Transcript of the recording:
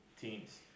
teams